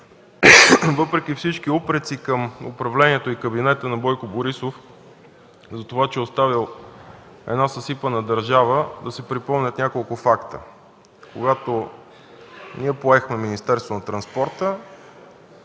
въпреки всички упреци към управлението и кабинета на Бойко Борисов, че е оставил една съсипана държава, да се припомнят няколко факта. Когато ние поехме Министерството на транспорта,